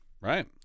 right